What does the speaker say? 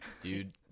dude